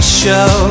show